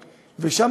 ושם,